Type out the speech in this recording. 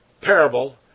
parable